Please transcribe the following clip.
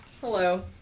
Hello